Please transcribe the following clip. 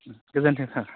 गोजोन्थों सार